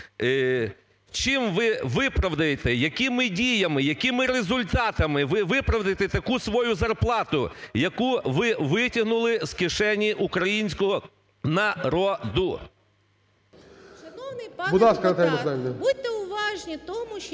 Чим ви виправдаєте, якими діями, якими результатами ви виправдаєте таку свою зарплату, яку ви витягнули з кишені українського народу?